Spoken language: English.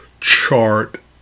chart